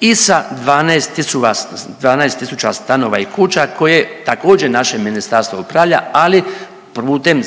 i sa 12 tisula… 12 tisuća stanova i kuća koje također naše ministarstvo upravlja, ali putem